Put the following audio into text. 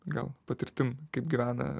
gal patirtim kaip gyvena